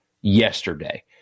yesterday